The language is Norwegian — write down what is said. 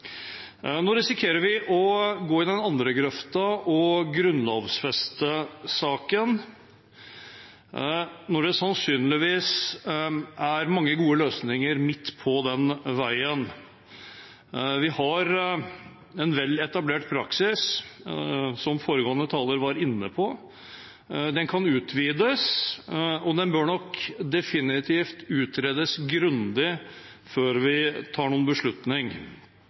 den andre grøfta og grunnlovfeste saken, når det sannsynligvis er mange gode løsninger midt på den veien. Vi har en vel etablert praksis, som foregående taler var inne på. Den kan utvides, og den bør nok definitivt utredes grundig før vi tar noen beslutning.